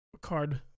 card